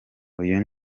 uyu